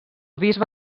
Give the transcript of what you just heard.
bisbe